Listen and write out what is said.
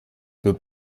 built